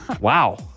Wow